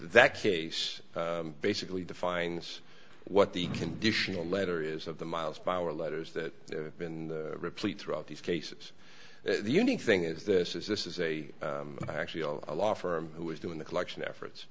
that case basically defines what the conditional letter is of the miles power letters that have been replete throughout these cases the unique thing is this is this is a actually a law firm who is doing the collection efforts